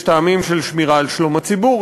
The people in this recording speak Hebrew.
יש טעמים של שמירה על שלום הציבור,